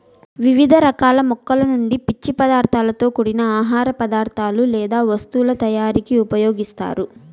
వివిధ రకాల మొక్కల నుండి పీచు పదార్థాలతో కూడిన ఆహార పదార్థాలు లేదా వస్తువుల తయారీకు ఉపయోగిస్తారు